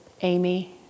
Amy